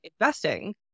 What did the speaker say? investing